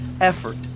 effort